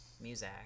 Music